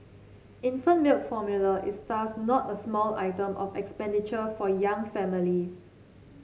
infant milk formula is thus not a small item of expenditure for young families